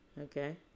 Okay